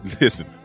listen